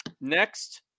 Next